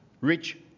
rich